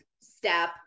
step